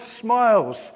smiles